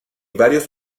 varios